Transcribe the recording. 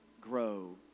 grow